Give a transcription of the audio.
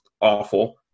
awful